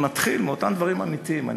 נתחיל מאותם דברים אמיתיים,